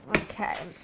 okay,